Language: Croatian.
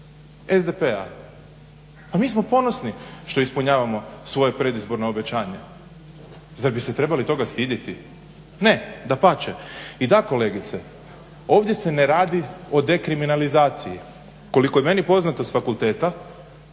SDP-a. Pa mi smo ponosni što ispunjavamo svoja predizborna obećanja. Zar bi se trebali toga stiditi? Ne, dapače. I da kolegice, ovdje se ne radi o dekriminalizaciji. Koliko je meni poznato s fakulteta